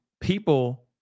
People